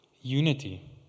unity